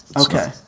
Okay